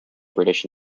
british